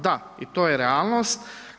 Da i to je realnost.